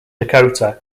dakota